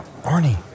Arnie